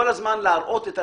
כל הזמן להראות.